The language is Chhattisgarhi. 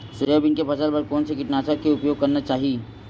सोयाबीन के फसल बर कोन से कीटनाशक के उपयोग करना चाहि?